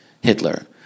Hitler